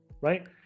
Right